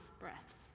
breaths